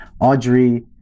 Audrey